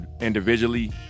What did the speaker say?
individually